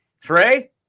trey